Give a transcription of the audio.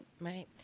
right